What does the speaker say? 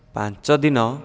ପାଞ୍ଚ ଦିନ